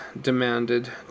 demanded